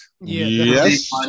Yes